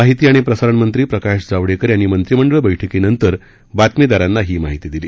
माहिती आणि प्रसारण मंत्री प्रकाश जावडेकर यांनी मंत्रिमंडळ बैठकीनंतर बातमीदारांना ही माहिती दिली